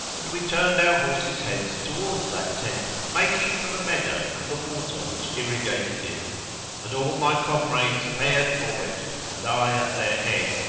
and we turned our horses' heads towards that tent making for the meadow and the water which irrigated it and all my comrades fared for it and i at their head,